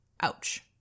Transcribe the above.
Ouch